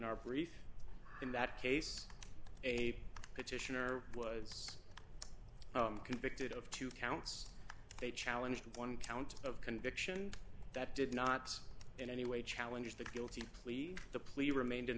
our brief in that case a petitioner was convicted of two counts they challenge one count of conviction that did not in any way challenge the guilty plea the plea remained in